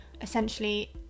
essentially